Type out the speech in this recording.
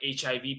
HIV